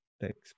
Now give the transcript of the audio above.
Thanks